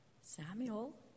Samuel